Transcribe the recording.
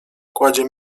kładzie